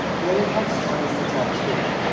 they had stories to tell too.